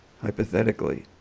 hypothetically